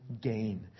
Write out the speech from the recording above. gain